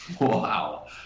Wow